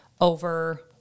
over